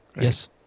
yes